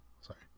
sorry